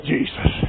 Jesus